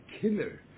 killer